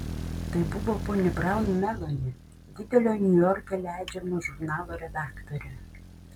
tai buvo ponia braun meloni didelio niujorke leidžiamo žurnalo redaktorė